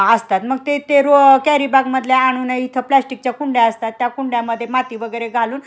असतात मग ते ते रो कॅरी बॅगमधल्या आणून इथं प्लास्टिकच्या कुंड्या असतात त्या कुंड्यामध्ये माती वगैरे घालून